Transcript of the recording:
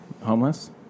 Homeless